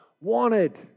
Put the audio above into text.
wanted